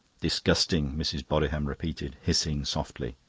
disgusting! mrs. bodiham repeated, hissing softly.